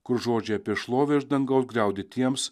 kur žodžiai apie šlovę iš dangaus griaudi tiems